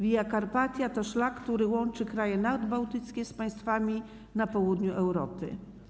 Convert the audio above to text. Via Carpatia to szlak, który łączy kraje nadbałtyckie z państwami na południu Europy.